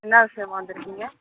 என்ன விஷயமாக வந்துருக்கீங்க